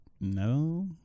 no